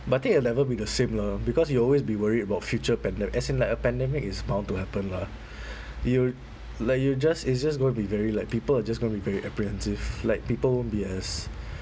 but I think the level will be the same lah because you will always be worried about future pande~ as in like a pandemic is bound to happen lah you like you just it's just going to be very like people are just gonna be very apprehensive like people won't be as